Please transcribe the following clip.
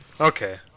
Okay